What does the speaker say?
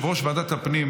התשפ"ג 2023,